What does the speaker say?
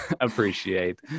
appreciate